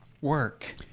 work